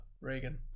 Reagan